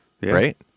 right